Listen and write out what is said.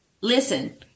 listen